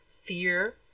fear